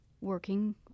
working